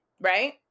Right